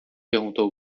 perguntou